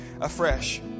afresh